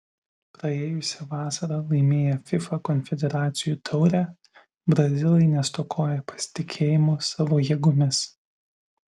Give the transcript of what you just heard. praėjusią vasarą laimėję fifa konfederacijų taurę brazilai nestokoja pasitikėjimo savo jėgomis